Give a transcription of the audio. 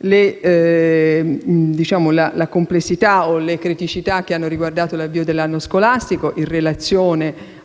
Mi riferisco alla complessità o alle criticità che hanno riguardato l'avvio dell'anno scolastico in relazione